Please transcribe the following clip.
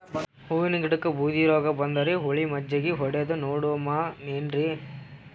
ಹೂವಿನ ಗಿಡಕ್ಕ ಬೂದಿ ರೋಗಬಂದದರಿ, ಹುಳಿ ಮಜ್ಜಗಿ ಹೊಡದು ನೋಡಮ ಏನ್ರೀ?